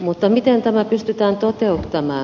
mutta miten tämä pystytään toteuttama